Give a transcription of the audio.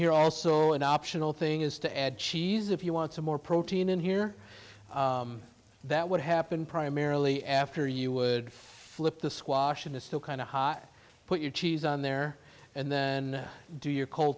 here also an optional thing is to add cheese if you want some more protein in here that would happen primarily after you would flip the squash in it's still kind of put your cheese on there and then do your cold